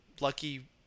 lucky –